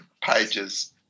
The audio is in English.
pages